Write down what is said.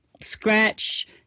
scratch